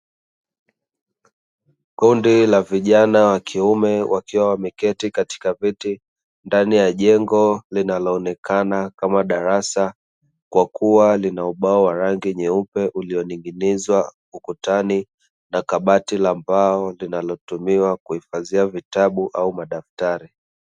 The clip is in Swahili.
Kundi la vijana wa kiume wakiwa wameketi katika viti ndani ya jengo, linaloonekama kama darasa kwakuwa lina ubao wa rangi nyeupe ulioning’inizwa ukutani na kuna kabati la mbao linalotumika kuhifadhia vitabu au madaftari.